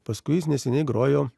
paskui jis neseniai grojo